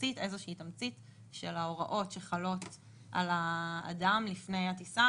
תמצית של ההוראות שחלות על האדם לפני הטיסה,